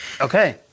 Okay